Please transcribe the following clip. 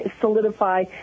solidify